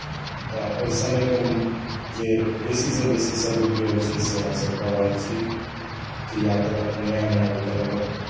तऽ ओहि समयके जे बेसीसँ बेसी सदुपयोग छै से हमसभ कऽ रहल छी जे यात्राक नया नया विकल्पक